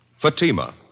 Fatima